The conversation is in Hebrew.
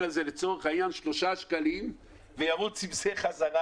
על זה שלושה שקלים וירוץ עם זה חזרה?